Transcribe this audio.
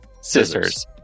Scissors